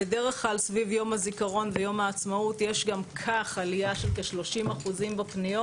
בדרך כלל סביב יום הזיכון ויום העצמאות יש גם כך עלייה של כ-30% בפניות.